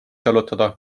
jalutada